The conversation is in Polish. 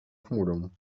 chmurą